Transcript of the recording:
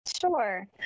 Sure